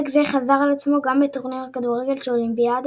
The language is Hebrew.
הישג זה חזר על עצמו גם בטורניר הכדורגל של אולימפיאדת